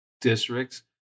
districts